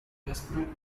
desperate